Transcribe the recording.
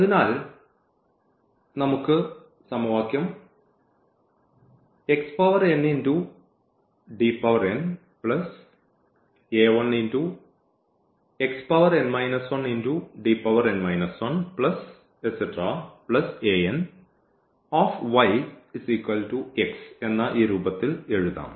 അതിനാൽ നമുക്ക് ഈ സമവാക്യം ഈ രൂപത്തിൽ എഴുതാം